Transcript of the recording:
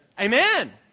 Amen